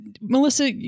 Melissa